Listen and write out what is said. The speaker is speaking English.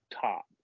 top